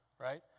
right